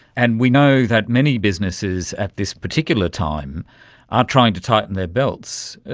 and we know that many businesses at this particular time are trying to tighten their belts.